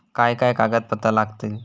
काय काय कागदपत्रा लागतील?